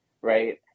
right